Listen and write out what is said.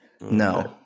No